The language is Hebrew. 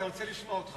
כי אני רוצה לשמוע אותך.